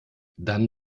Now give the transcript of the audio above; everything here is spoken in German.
dann